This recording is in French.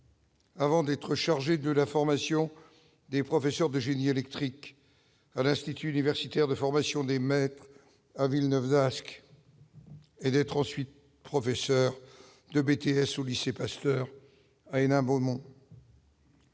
Avant d'être chargé de la formation des professeurs de génie électrique à l'institut universitaire de formation des maîtres, à Villeneuve d'Ascq et d'être ensuite professeurs de BTS ou lycée Pasteur à Hénin-Beaumont.